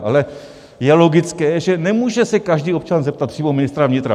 Ale je logické, že nemůže se každý občan zeptat přímo ministra vnitra.